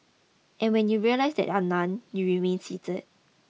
and when you realise that there are none you remain seated